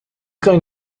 going